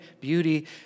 beauty